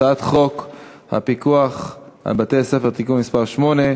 הצעת חוק פיקוח על בתי-ספר (תיקון מס' 8),